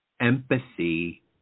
empathy